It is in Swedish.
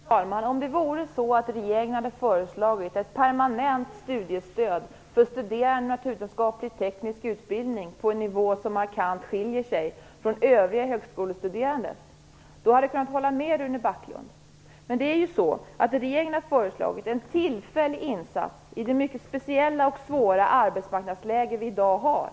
Herr talman! Om det vore så att regeringen hade föreslagit ett permanent studiestöd för studerande på naturvetenskapligt/teknisk utbildning på en nivå som markant skiljer sig från övriga högskolestuderandes, skulle jag ha kunnat hålla med Rune Backlund. Vad regeringen har föreslagit är dock en tillfällig insats i det mycket speciella och svåra arbetsmarknadsläge som vi i dag har.